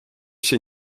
się